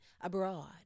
abroad